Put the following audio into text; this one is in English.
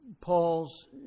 Paul's